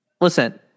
Listen